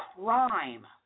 crime